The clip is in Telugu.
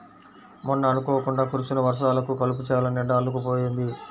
మొన్న అనుకోకుండా కురిసిన వర్షాలకు కలుపు చేలనిండా అల్లుకుపోయింది